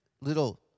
little